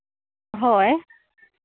ᱦᱳᱭ